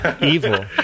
evil